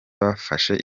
bafashe